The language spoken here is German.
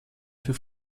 für